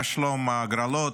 מה שלום ההגרלות?